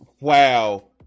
wow